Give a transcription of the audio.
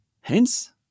Hence